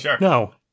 no